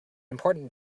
important